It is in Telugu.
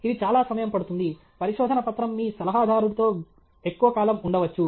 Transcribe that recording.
ఇది చాలా సమయం పడుతుంది పరిశోధన పత్రం మీ సలహాదారుడితో గైడ్తో ఎక్కువ కాలం ఉండవచ్చు